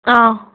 ஆ